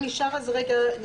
אדוני,